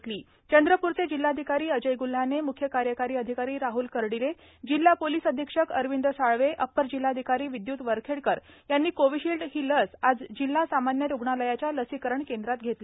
corona frontline worker म्हणून आज चंद्रप्रचे जिल्हाधिकारी अजय गुल्हाने मुख्य कार्यकारी अधिकारी राहल कर्डिले जिल्हा पोलीस अधीक्षक अरविंद साळवे अपर जिल्हाधिकारी विदयुत वरखेडकर यांनी कोविशिल्ड ही लस आज जिल्हा सामान्य रुग्णालयाच्या लसीकरण केंद्रात घेतली